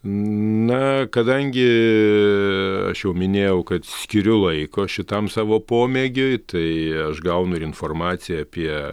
na kadangi aš jau minėjau kad skiriu laiko šitam savo pomėgiui tai aš gaunu ir informaciją apie